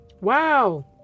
Wow